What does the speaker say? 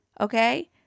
okay